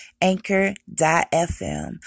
Anchor.fm